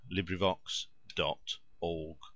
LibriVox.org